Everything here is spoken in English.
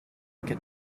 could